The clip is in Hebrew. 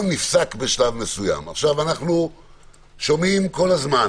אנחנו שומעים על הזמן